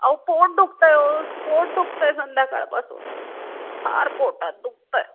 अहो पोट दुखत आहे अहो पोट दुखत आहे संध्याकाळपासून फार पोटात दुखत आहे